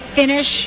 finish